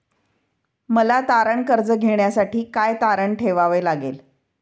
मला तारण कर्ज घेण्यासाठी काय तारण ठेवावे लागेल?